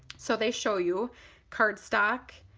so they show you cardstock,